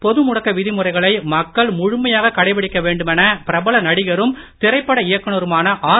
பொதுமுடக்க விதிமுறைகளை மக்கள் முழுமையாக கடைப்பிடிக்க வேண்டுமென பிரபல நடிகரும் திரைப்பட இயக்குனருமான ஆர்